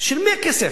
של מי הכסף?